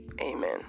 Amen